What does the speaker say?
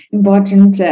Important